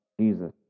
Jesus